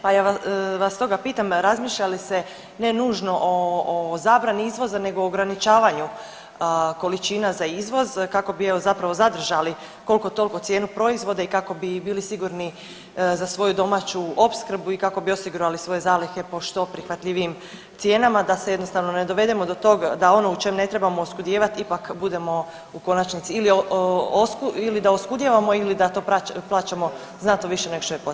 Pa ja vas stoga pitam razmišlja li se ne nužno o zabrani izvoza nego o ograničavanju količina za izvoz kako bi zapravo zadržali koliko toliko cijenu proizvoda i kako bi bili sigurni za svoju domaću opskrbu i kako bi osigurali svoje zalihe po što prihvatljivijim cijenama da se jednostavno ne dovedemo do tog da ono u čem ne trebamo oskudijevati ipak budemo u konačnici ili da oskudijevamo ili da to plaćamo znatno više nego što je potrebno.